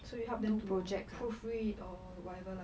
so you help them to proofread or whatever lah